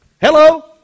Hello